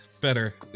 better